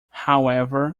however